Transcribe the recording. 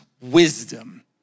wisdom